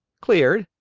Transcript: cleared?